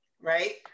right